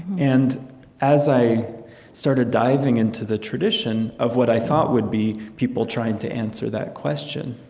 and as i started diving into the tradition of what i thought would be people trying to answer that question,